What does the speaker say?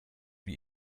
wie